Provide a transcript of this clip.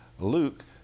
Luke